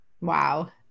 wow